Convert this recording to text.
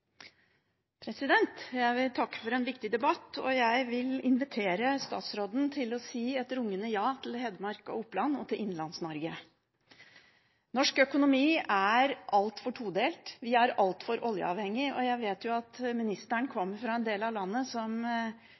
jeg vil invitere statsråden til å si et rungende ja til Hedmark, Oppland og Innlands-Norge. Norsk økonomi er altfor todelt. Vi er altfor oljeavhengige. Jeg vet at ministeren kommer fra en del av landet som